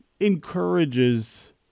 encourages